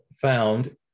found